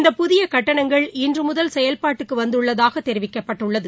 இந்த புதிய கட்டணங்கள் இன்று முதல் செயல்பாட்டுக்கு வந்துள்ளதாக தெரிவிக்கப்பட்டுள்ளது